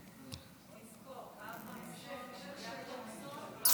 אנחנו מציינים היום בכנסת יום חשוב ומשמעותי,